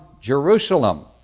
Jerusalem